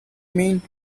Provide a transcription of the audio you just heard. mean